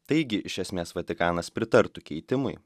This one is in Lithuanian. taigi iš esmės vatikanas pritartų keitimui